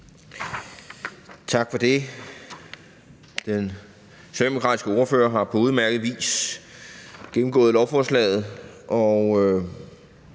Tak for det. Den socialdemokratiske ordfører har på udmærket vis gennemgået lovforslaget,